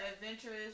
adventurous